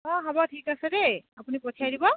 অঁ হ'ব ঠিক আছে দেই আপুনি পঠিয়াই দিব